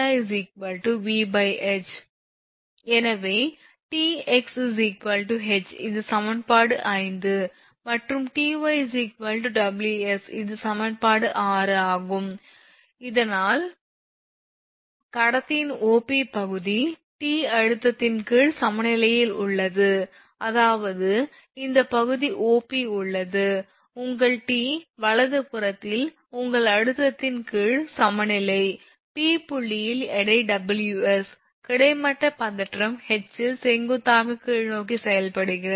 எனவே Tx H இது சமன்பாடு 5 மற்றும் Ty Ws இது சமன்பாடு 6 ஆகும் இதனால் கடத்தியின் OP பகுதி T அழுத்தத்தின் கீழ் சமநிலையில் உள்ளது அதாவது இந்த பகுதி OP உள்ளது உங்கள் T வலதுபுறத்தில் உள்ள அழுத்தத்தின் கீழ் சமநிலை P புள்ளியில் எடை Ws கிடைமட்ட பதற்றம் H இல் செங்குத்தாக கீழ்நோக்கி செயல்படுகிறது